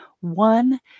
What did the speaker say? One